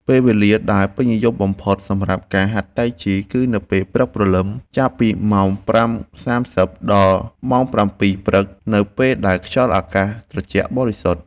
ពេលវេលាដែលពេញនិយមបំផុតសម្រាប់ការហាត់តៃជីគឺនៅព្រឹកព្រលឹម ចាប់ពីម៉ោង ៥:៣០ ដល់ម៉ោង ៧:០០ ព្រឹក នៅពេលដែលខ្យល់អាកាសត្រជាក់បរិសុទ្ធ។